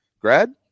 grad